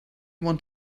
want